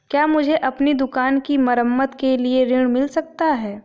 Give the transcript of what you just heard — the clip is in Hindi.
क्या मुझे अपनी दुकान की मरम्मत के लिए ऋण मिल सकता है?